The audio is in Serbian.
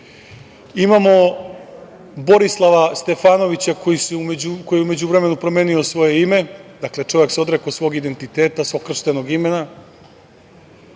Imamo Borislava Stefanovića, koji je u međuvremenu promenio svoje ime, dakle, čovek se odrekao svog identiteta, svog krštenog imena,